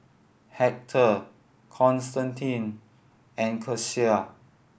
Hector Constantine and Kecia